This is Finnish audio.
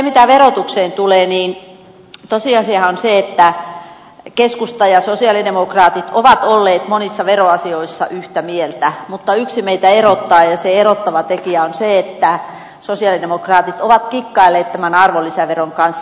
mitä verotukseen tulee niin tosiasiahan on se että keskusta ja sosialidemokraatit ovat olleet monissa veroasioissa yhtä mieltä mutta yksi meitä erottaa ja se erottava tekijä on se että sosialidemokraatit ovat kikkailleet tämän arvonlisäveron kanssa